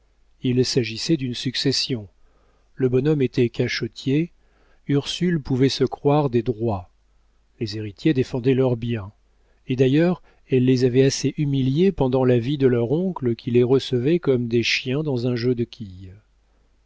il s'agissait d'une succession le bonhomme était cachotier ursule pouvait se croire des droits les héritiers défendaient leur bien et d'ailleurs elle les avait assez humiliés pendant la vie de leur oncle qui les recevait comme des chiens dans un jeu de quilles